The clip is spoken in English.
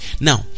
Now